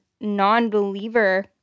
non-believer